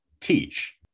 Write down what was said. teach